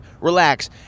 relax